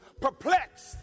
Perplexed